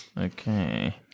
Okay